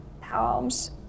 palms